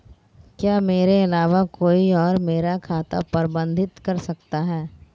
क्या मेरे अलावा कोई और मेरा खाता प्रबंधित कर सकता है?